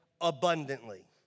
abundantly